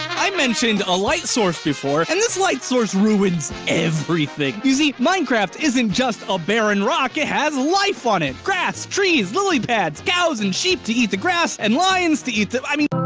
i mentioned a light source before, and this light source ruins everything. you see minecraft isn't just a barren rock, it has life on it! grass, trees, lily pads, cows and sheep to eat the grass and lions to eat the, i mean